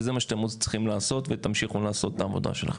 וזה מה שאתם צריכים לעשות ותמשיכו לעשות את העבודה שלכם.